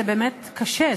זה באמת קשה,